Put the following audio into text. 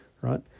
right